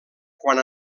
quan